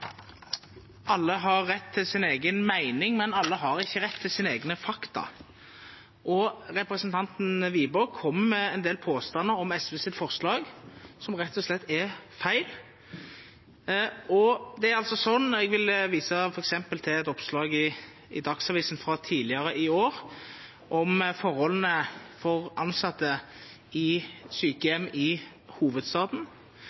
Alle har rett til sin egen mening, men alle har ikke rett til sine egne fakta. Representanten Wiborg kommer med en del påstander om SVs forslag som rett og slett er feil. Jeg vil vise til et oppslag i Dagsavisen tidligere i år, om forholdene for ansatte i